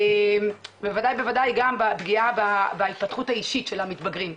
בוודאי ובוודאי גם פגיעה בהתפתחות האישית של המתבגרים.